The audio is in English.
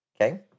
okay